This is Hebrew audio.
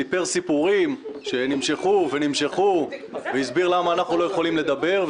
סיפר סיפורים שנמשכו ונמשכו והסביר למה אנחנו לא יכולים לדבר,